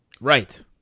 Right